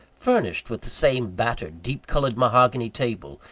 furnished with the same battered, deep-coloured mahogany table,